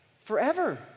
forever